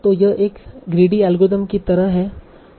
तो यह एक ग्रीडी अल्गोरिथम की तरह है